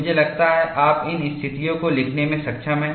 मुझे लगता है आप इन स्थितियों को लिखने में सक्षम हैं